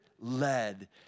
led